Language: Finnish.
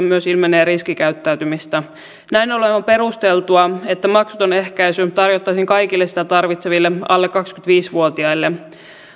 myös ilmenee riskikäyttäytymistä näin ollen on perusteltua että maksuton ehkäisy tarjottaisiin kaikille sitä tarvitseville alle kaksikymmentäviisi vuotiaille